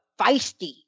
feisty